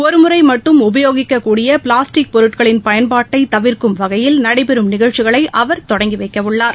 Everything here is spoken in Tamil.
ஒருமுறை மட்டும் உபயோகிக்கக்கூடிய பிளாஸ்டிக் பொருட்களின் பயன்பாட்டை தவிர்க்கும் வகையில் நடைபெறும் நிகழ்ச்சிகளை அவர் தொடங்கி வைக்கவுள்ளார்